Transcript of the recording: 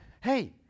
hey